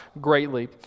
greatly